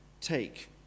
Take